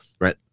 right